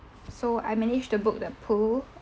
so I managed to book the pool